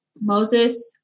Moses